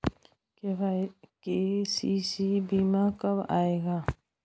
KCC बीमा कब आएगा?